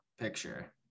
picture